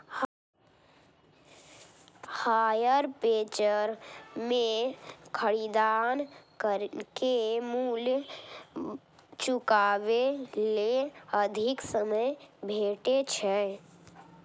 hire purchase मे खरीदार कें मूल्य चुकाबै लेल अधिक समय भेटै छै